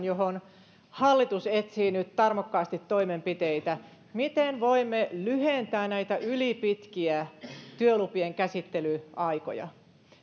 johon hallitus etsii nyt tarmokkaasti toimenpiteitä miten voimme lyhentää näitä ylipitkiä työlupien käsittelyaikoja